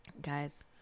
guys